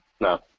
no